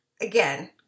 Again